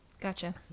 gotcha